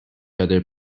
other